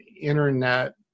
internet